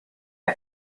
our